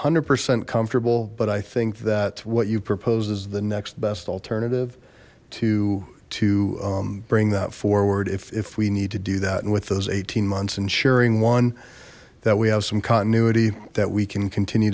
hundred percent comfortable but i think that what you proposed is the next best alternative to to bring that forward if we need to do that and with those eighteen months and sharing one that we have some continuity that we can continue